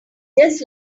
just